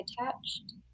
attached